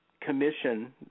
commission